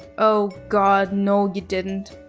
oh god, no you didn't.